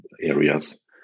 areas